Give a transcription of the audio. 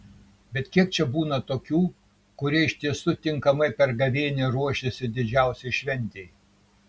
bet kiek čia būna tokių kurie iš tiesų tinkamai per gavėnią ruošėsi didžiausiai šventei